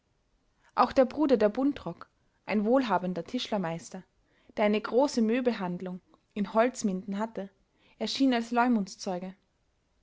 auch der bruder der buntrock ein wohlhabender tischlermeister der eine große möbelhandlung in holzminden hatte erschien als